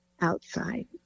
outside